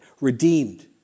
redeemed